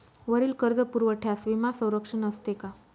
वरील कर्जपुरवठ्यास विमा संरक्षण असते का?